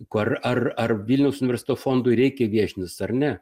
kur ar ar vilniaus universiteto fondui reikia viešintis ar ne